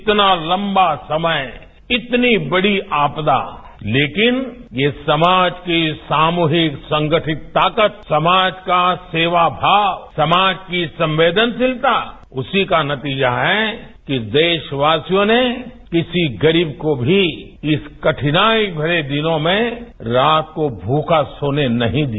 इतना लंबा समय इतनी बड़ी आपदा लेकिन ये समाज की सामूहिक संगठित ताकत समाज का सेवा भाव समाज की संवेदनशीलता उसी का नतीजा है कि देशवासियों ने किसी गरीब को भी इस कठिनाई भरे दिनों में रात को भूखा सोने नहीं दिया